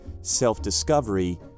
self-discovery